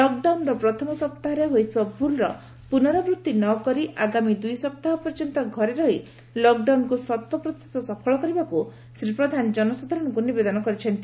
lock ଡାଉନର ପ୍ରଥମ ସପ୍ତାହରେ ହୋଇଥିବା ଭୁଲର ପୁନରାବୃତ୍ତି ନକରି ଆଗାମୀ ଦୁଇ ସପ୍ତାହ ପର୍ଯ୍ୟନ୍ତ ଘରେ ରହି ଲକ୍ ଡାଉନକୁ ଶତ ପ୍ରତିଶତ ସଫଳ କରିବାକୁ ଶ୍ରୀ ପ୍ରଧାନ ଜନସାଧାରଣଙ୍କୁ ନିବେଦନ କରିଛନ୍ତି